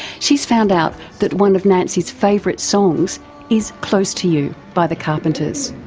she's found out that one of nancy's favourites songs is close to you by the carpenters.